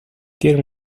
tiene